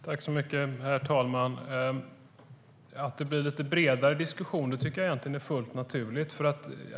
Herr ålderspresident! Jag tycker egentligen att det är fullt naturligt att det blir lite bredare diskussioner.